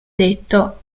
detto